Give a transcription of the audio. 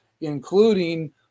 including